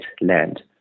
land